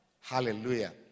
hallelujah